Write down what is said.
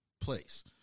place